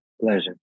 Pleasure